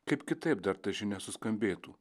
kaip kitaip dar ta žinia suskambėtų